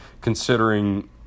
considering